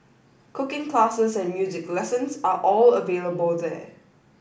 cooking classes and music lessons are all available there